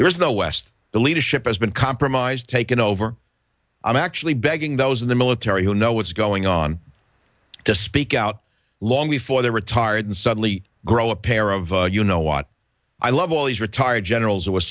there is no west the leadership has been compromised taken over i'm actually begging those in the military who know what's going on to speak out long before they're retired and suddenly grow a pair of you know what i love all these retired generals w